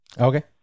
Okay